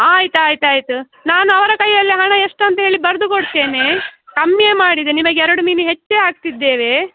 ಆಯ್ತು ಆಯ್ತು ಆಯಿತು ನಾನು ಅವರ ಕೈಯಲ್ಲೇ ಹಣ ಎಷ್ಟು ಅಂತೇಳಿ ಬರೆದು ಕೊಡ್ತೇನೆ ಕಮ್ಮಿ ಮಾಡಿದೆ ನಿಮಗೆ ಎರಡು ಮೀನು ಹೆಚ್ಚೇ ಹಾಕ್ತಿದ್ದೇವೆ